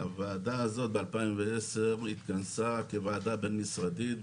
הוועדה הזאת ב-2010 התכנסה כוועדה בין-משרדית,